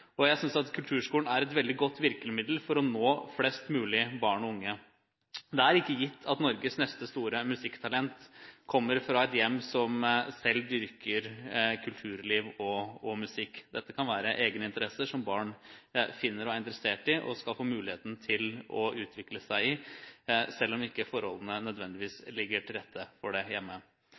og jeg synes at kulturskolen er et veldig godt virkemiddel for å nå flest mulig barn og unge. Det er ikke gitt at Norges neste store musikktalent kommer fra et hjem der man dyrker kulturliv og musikk. Dette kan være egne interesser som barn finner, og som man skal få muligheten til å utvikle seg i, selv om ikke forholdene nødvendigvis ligger til rette for det hjemme.